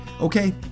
Okay